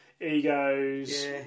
egos